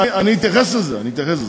אתייחס לזה, אתייחס לזה.